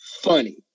funny